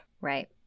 Right